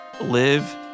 Live